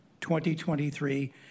2023